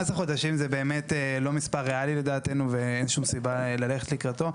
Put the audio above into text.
18 חודשים זה באמת לא מספר ריאלי לדעתנו ואין שום סיבה ללכת לקראתו.